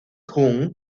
jung